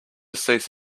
cease